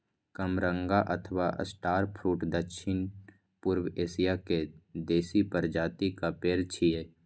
कामरंगा अथवा star fruit दक्षिण पूर्वी एशिया के देसी प्रजातिक पेड़ छियै